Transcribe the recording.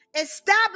establish